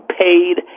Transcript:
paid